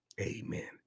amen